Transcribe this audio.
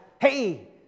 Hey